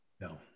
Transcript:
No